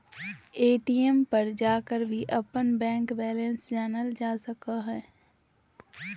ATM पर जाकर भी अपन बैंक बैलेंस जानल जा सको हइ